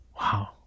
Wow